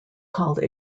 called